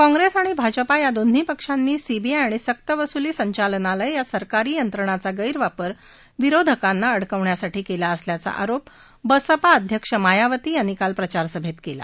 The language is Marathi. काँप्रिस आणि भाजपा या दोन्ही पक्षांनी सीबीआय आणि सक्तवसुली संचालनालय या सरकारी यंत्रणांचा गैरवापर विरोधकांना अडकवण्यासाठी केला असल्याचा आरोप बसपा अध्यक्ष मायावती यांनी काल प्रचारसभेत केला